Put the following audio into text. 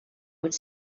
would